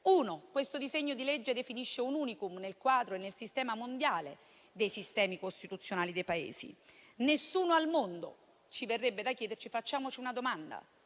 luogo, questo disegno di legge definisce un *unicum* nel quadro e nel sistema mondiale dei sistemi costituzionali dei Paesi, nessun Paese al mondo escluso. Ci verrebbe da chiederci una cosa e facciamoci una domanda: